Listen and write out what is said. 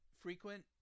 frequent